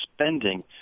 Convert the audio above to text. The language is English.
spending